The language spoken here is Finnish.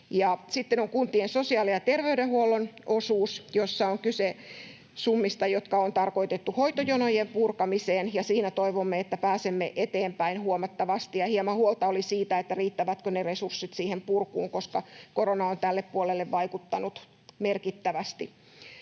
Sitten on kuntien sosiaali- ja terveydenhuollon osuus, jossa on kyse summista, jotka on tarkoitettu hoitojonojen purkamiseen, ja siinä toivomme, että pääsemme eteenpäin huomattavasti. Hieman huolta oli siitä, riittävätkö ne resurssit siihen purkuun, koska korona on tälle puolelle vaikuttanut merkittävästi.